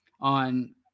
on